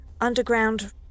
underground